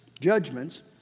judgments